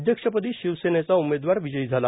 अध्यक्षपदी शिवसेनेचा उमेदवार विजयी झाला